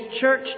church